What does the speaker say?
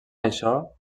això